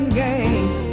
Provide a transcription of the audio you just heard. game